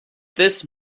this